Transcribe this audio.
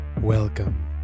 Welcome